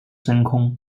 真空